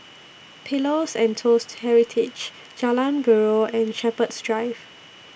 Pillows and Toast Heritage Jalan Buroh and Shepherds Drive